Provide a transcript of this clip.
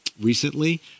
recently